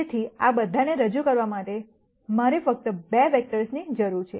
તેથી આ બધાને રજૂ કરવા માટે મારે ફક્ત 2 વેક્ટરની જરૂર છે